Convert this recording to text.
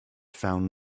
found